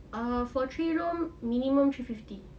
err for three room minimum three fifty